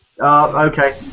Okay